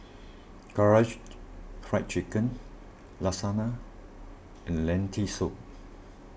Karaage Fried Chicken Lasagne and Lentil Soup